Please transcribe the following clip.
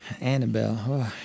Annabelle